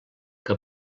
que